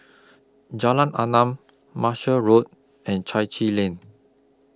Jalan Enam Marshall Road and Chai Chee Lane